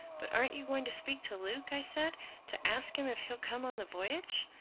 but aren't you going to speak to luke? i said to ask him if he'll come on the voyage?